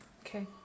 Okay